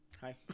hi